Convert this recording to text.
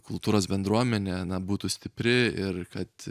kultūros bendruomenė na būtų stipri ir kad